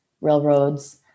railroads